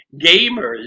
gamers